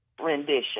rendition